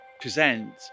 present